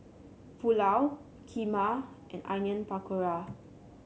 Pulao Kheema and Onion Pakora